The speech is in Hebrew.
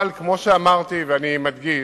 אבל כמו שאמרתי, ואני מדגיש,